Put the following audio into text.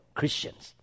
Christians